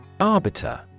Arbiter